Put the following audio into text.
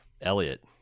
Elliot